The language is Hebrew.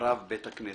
ורב בית הכנסת.